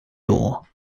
door